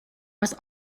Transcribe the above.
was